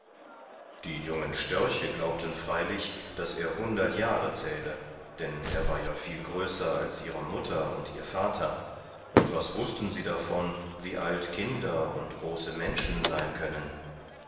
die jungen störche glaubten freilich daß er hundert jahre zähle denn er war ja viel größer als ihre mutter und ihr vater und was wußten sie davon wie alt kinder und große menschen sein können